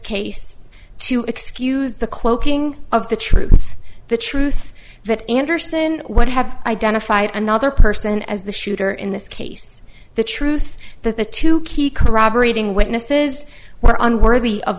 case to excuse the cloaking of the truth the truth that anderson what have identified another person as the shooter in this case the truth that the two key corroborating witnesses were unworthy of